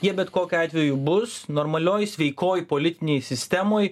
jie bet kokiu atveju bus normalioj sveikoj politinėj sistemoj